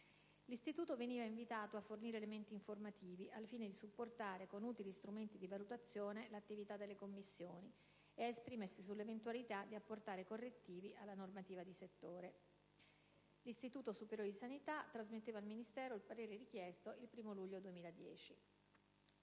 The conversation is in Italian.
L'Istituto veniva invitato a fornire elementi informativi, al fine di supportare con utili strumenti di valutazione l'attività delle commissioni e ad esprimersi sull'eventualità di apportare correttivi alla normativa di settore. L'Istituto superiore di sanità trasmetteva al Ministero il parere richiesto il 1° luglio 2010.